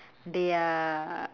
they are